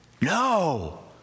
No